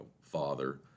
father